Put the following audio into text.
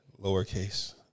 Lowercase